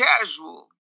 casual